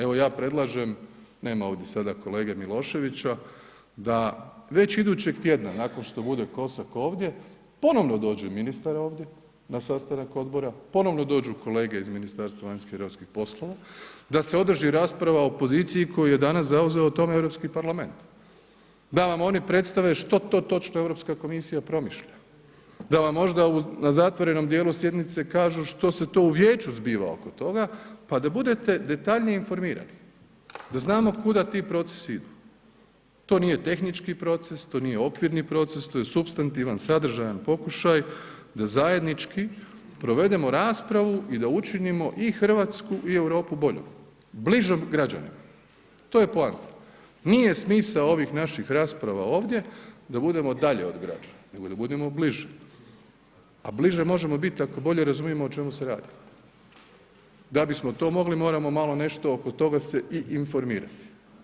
Evo, ja predlažem, nema sada ovdje kolege Miloševića, da već idućeg tjedna nakon što bude Kozak ovdje ponovno dođe ministar ovdje na sastanak odbora, ponovno dođu kolege iz Ministarstva vanjskih i europskih poslova, da se održi rasprava o poziciji koju je danas zauzeo o tome Europski parlament, da vam oni predstave što to točno Europska komisija promišlja, da vam možda na zatvorenom dijelu sjednice kažu što se to u Vijeću zbiva oko toga, pa da budete detaljnije informirani, da znamo kuda ti procesi idu, to nije tehnički proces, to nije okvirni proces, to je supstantivan, sadržajan pokušaj da zajednički provedemo raspravu i da učinimo i RH i Europu boljom, bližom građanima, to je poanta, nije smisao ovih naših rasprava ovdje da budemo dalje od građana, nego da budemo bliže, a bliže možemo bit ako bolje razumimo o čemu se radi, da bismo to mogli moramo malo nešto oko toga se i informirati.